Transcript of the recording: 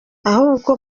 ahubwo